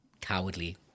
cowardly